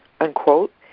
unquote